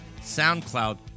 SoundCloud